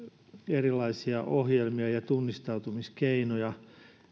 erilaisia ohjelmia ja tunnistautumiskeinoja